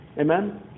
Amen